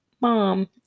mom